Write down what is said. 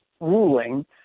ruling